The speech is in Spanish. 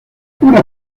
una